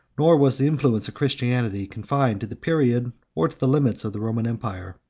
nor was the influence of christianity confined to the period or to the limits of the roman empire.